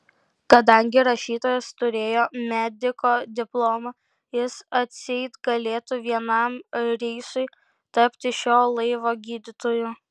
kadangi rašytojas turėjo mediko diplomą jis atseit galėtų vienam reisui tapti šio laivo gydytoju